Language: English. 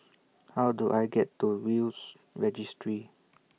How Do I get to Will's Registry